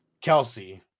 Kelsey